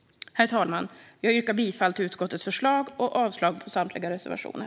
Herr talman! Jag yrkar bifall till utskottets förslag och avslag på samtliga reservationer.